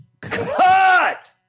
Cut